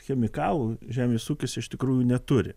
chemikalų žemės ūkis iš tikrųjų neturi